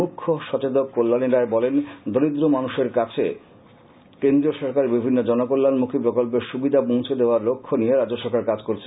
মুখ্যসচেতক কল্যাণী রায় বলেন দরিদ্র মানুষের কাছে কেন্দ্রীয় সরকারের বিভিন্ন জনকল্যাণমুখী প্রকল্পের সুবিধা পৌছে দেওয়ার লক্ষ্য নিয়ে রাজ্য সরকার কাজ করছে